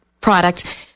product